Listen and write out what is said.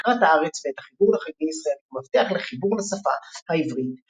את הכרת הארץ ואת החיבור לחגי ישראל כמפתח לחיבור לשפה העברית,